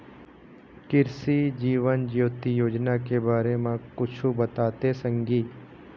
कृसि जीवन ज्योति योजना के बारे म कुछु बताते संगी